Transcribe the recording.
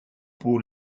pour